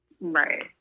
Right